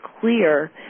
clear